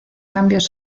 cambios